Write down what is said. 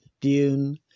Dune